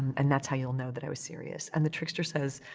and that's how you'll know that i was serious. and the trickster says,